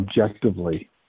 objectively